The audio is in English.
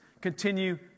continue